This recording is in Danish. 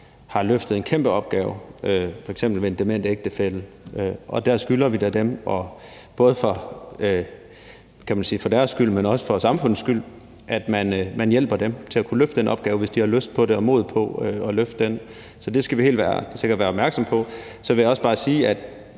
har løftet en kæmpe opgave f.eks. i forbindelse med en dement ægtefælle. Der skylder vi da, både for deres egen skyld, kan man sige, men også for samfundets skyld, at hjælpe dem til at kunne løfte den opgave, hvis de har lyst til og mod på at løfte den. Så det skal vi helt sikkert være opmærksom på. Så vil jeg også bare sige, at